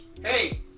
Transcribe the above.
Hey